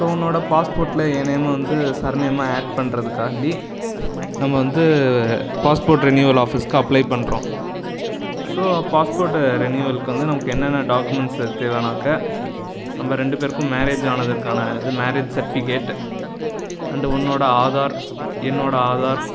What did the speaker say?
இப்போ உன்னோடய பாஸ்போர்ட்டில் என் நேமு வந்து சர்நேமாக ஆட் பண்ணுறதுக்கான்டி நம்ம வந்து பாஸ்போர்ட் ரினியூவல் ஆஃபீஸுக்கு அப்ளை பண்ணுறோம் ஸோ பாஸ்போர்ட்டு ரினியூவலுக்கு வந்து நமக்கு என்னென்ன டாக்குமெண்ட்ஸு தேவைனாக்கா நம்ம ரெண்டு பேருக்கும் மேரேஜ் ஆனதற்கான இது மேரேஜ் சர்ட்டிஃபிகேட் அண்டு உன்னோட ஆதார் என்னோடய ஆதார்